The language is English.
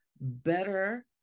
better